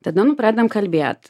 tada nu pradedam kalbėt